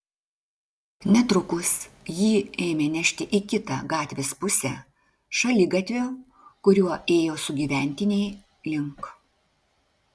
netrukus jį ėmė nešti į kitą gatvės pusę šaligatvio kuriuo ėjo sugyventiniai link